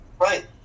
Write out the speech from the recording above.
Right